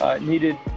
Needed